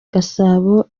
gasabo